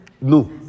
No